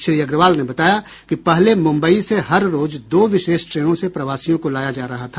श्री अग्रवाल ने बताया कि पहले मुंबई से हर रोज दो विशेष ट्रेनों से प्रवासियों को लाया जा रहा था